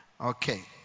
okay